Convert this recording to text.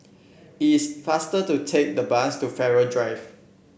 it's faster to take the bus to Farrer Drive